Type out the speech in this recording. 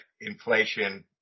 inflation